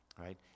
Right